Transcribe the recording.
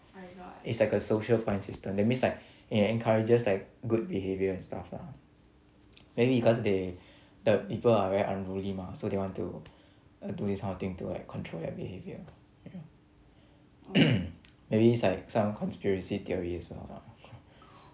it's like a social point system that means like it encourages like good behaviour and stuff lah maybe because they the people are very unruly mah so they want to do this kind of thing to like control their behaviour ya maybe is like some conspiracy theory as well lah